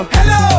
Hello